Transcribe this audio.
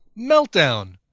Meltdown